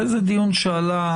זה דיון שעלה,